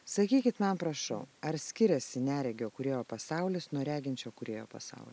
sakykit man prašau ar skiriasi neregio kūrėjo pasaulis nuo reginčio kūrėjo pasaulio